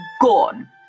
gone